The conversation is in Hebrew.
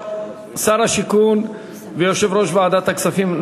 היושב-ראש, כנסת